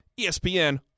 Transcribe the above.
ESPN